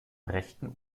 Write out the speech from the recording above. rechten